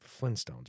Flintstones